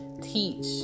teach